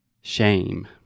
Shame